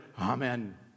Amen